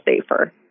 safer